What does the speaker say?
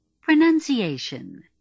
Pronunciation